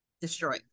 destroyed